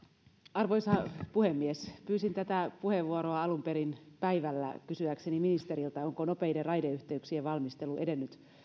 arvoisa puhemies pyysin tätä puheenvuoroa alun perin päivällä kysyäkseni ministeriltä onko nopeiden raideyhteyksien valmistelu edennyt